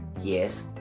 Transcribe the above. yes